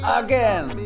again